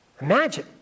Imagine